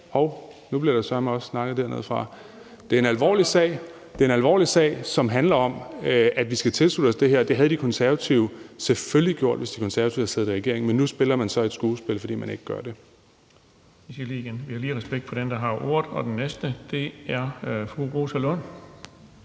det er en alvorlig sag, som handler om, at vi skal tilslutte os det her, og det havde De Konservative selvfølgelig gjort, hvis De Konservative havde siddet i regering, men nu spiller man så et skuespil, fordi man ikke gør det. Kl. 20:13 Den fg. formand (Erling Bonnesen): Jeg siger det lige igen.